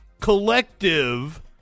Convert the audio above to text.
Collective